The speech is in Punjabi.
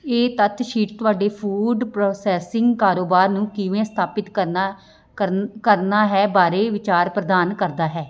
ਇਹ ਤੱਥ ਸ਼ੀਟ ਤੁਹਾਡੇ ਫੂਡ ਪ੍ਰੋਸੈਸਿੰਗ ਕਾਰੋਬਾਰ ਨੂੰ ਕਿਵੇਂ ਸਥਾਪਤ ਕਰਨਾ ਕਰਨ ਕਰਨਾ ਹੈ ਬਾਰੇ ਵਿਚਾਰ ਪ੍ਰਦਾਨ ਕਰਦਾ ਹੈ